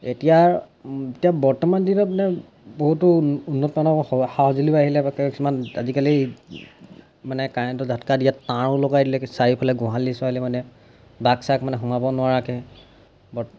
এতিয়া এতিয়া বৰ্তমান দিনত মানে বহুতো উন্নত মানৰ সা সঁজুলি আহিলে বা কিছুমান আজিকালি মানে কাৰেণ্টৰ ঝাটকা দিয়া তাঁৰো লগাই দিলে চাৰিওফালে গোহালি চোহালি মানে বাঘ চাঘ মানে সোমাব নোৱাৰাকৈ ব